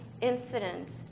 incident